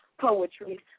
poetry